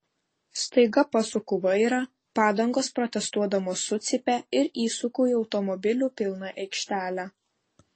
staiga pasuku vairą padangos protestuodamos sucypia ir įsuku į automobilių pilną aikštelę